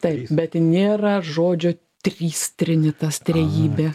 taip bet nėra žodžio trys trinitas trejybė